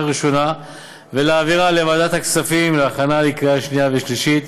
ראשונה ולהעבירה לוועדת הכספים להכנה לקריאה שנייה ושלישית.